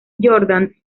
jordan